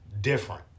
different